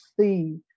see